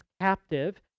captive